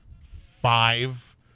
five